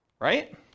right